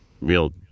real